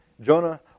Jonah